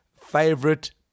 favorite